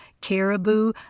caribou